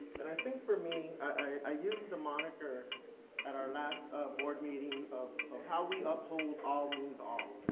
and i think for me, i use the moniker at our last board meeting of of how we uphold all means all,